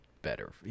Better